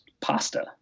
pasta